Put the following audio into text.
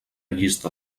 llista